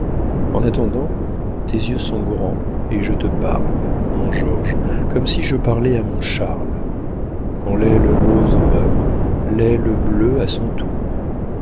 en attendant tes yeux sont grands et je te parle mon georges comme si je parlais à mon charle quand l'aile rose meurt l'aile bleue a son tour